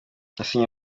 yasinye